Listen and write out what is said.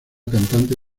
cantante